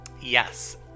Yes